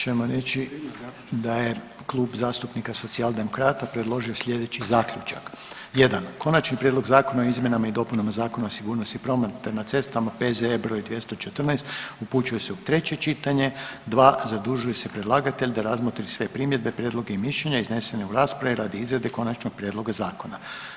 Sada ćemo reći da je Klub zastupnika socijaldemokrata predložio sljedeći Zaključak: 1. Konačni prijedlog zakona o izmjenama i dopunama Zakona o sigurnosti prometa na cestama, P.Z.E. br. 214 upućuje se u treće čitanje.; 2. Zadužuje se predlagatelj da razmotri sve primjedbe, prijedloge i mišljenja iznesene u raspravi radi izrade konačnog prijedloga zakona.